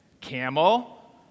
camel